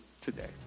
today